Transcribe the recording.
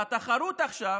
והתחרות עכשיו